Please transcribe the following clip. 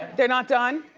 they're not done?